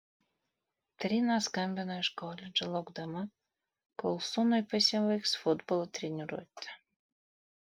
trina skambino iš koledžo laukdama kol sūnui pasibaigs futbolo treniruotė